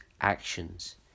Actions